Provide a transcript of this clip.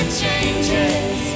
changes